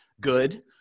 good